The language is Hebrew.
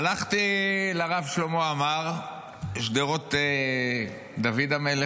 הלכתי לרב שלמה עמאר בשדרות דוד המלך,